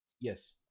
Yes